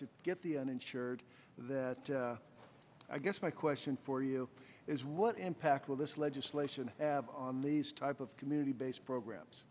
to get the uninsured the i guess my question for you is what impact will this legislation have on these type of community based programs